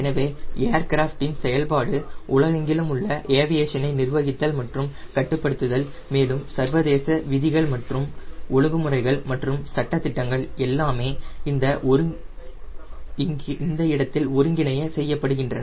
எனவே ஏர்கிராப்ட் இன் செயல்பாடு உலகெங்கிலும் உள்ள ஏவியேஷனை நிர்வகித்தல் மற்றும் கட்டுப்படுத்துதல் மேலும் சர்வதேச விதிகள் மற்றும் ஒழுங்குமுறைகள் மற்றும் சட்ட திட்டங்கள் எல்லாமே இந்த இடத்தில் ஒருங்கிணைய செய்யப்படுகின்றன